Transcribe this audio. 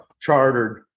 chartered